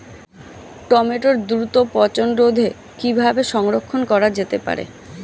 টমেটোর দ্রুত পচনরোধে কিভাবে সংরক্ষণ করা যেতে পারে?